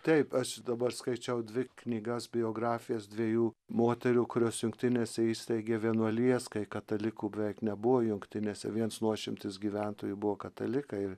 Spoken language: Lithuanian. taip aš dabar skaičiau dvi knygas biografijas dviejų moterų kurios jungtinėse įsteigė vienuolijas kai katalikų beveik nebuvo jungtinėse viens nuošimtis gyventojų buvo katalikai ir